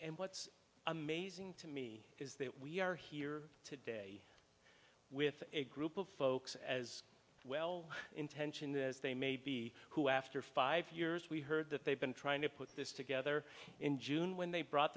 and what's amazing to me is that we are here today with a group of folks as well intentioned as they may be who after five years we heard that they've been trying to put this together in june when they brought